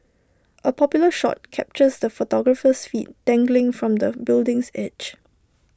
A popular shot captures the photographer's feet dangling from the building's edge